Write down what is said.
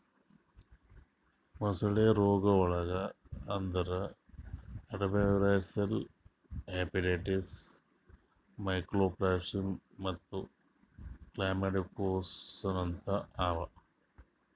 ಮೊಸಳೆ ರೋಗಗೊಳ್ ಅಂದುರ್ ಅಡೆನೊವೈರಲ್ ಹೆಪಟೈಟಿಸ್, ಮೈಕೋಪ್ಲಾಸ್ಮಾಸಿಸ್ ಮತ್ತ್ ಕ್ಲಮೈಡಿಯೋಸಿಸ್ನಂತಹ ಅವಾ